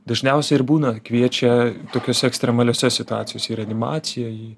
dažniausiai ir būna kviečia tokiose ekstremaliose situacijose į reanimaciją į